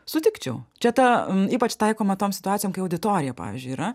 sutikčiau čia ta ypač taikoma tom situacijom kai auditorija pavyzdžiui yra